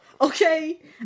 Okay